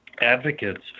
advocates